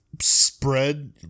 spread